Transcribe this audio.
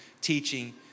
teaching